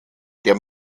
der